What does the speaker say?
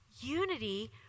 Unity